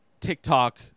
TikTok